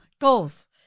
Goals